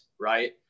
right